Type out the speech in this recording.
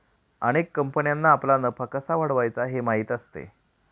अनेक कंपन्यांना आपला नफा कसा वाढवायचा हे माहीत असते